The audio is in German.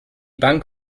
bank